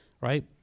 right